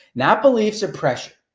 not beliefs or pressure.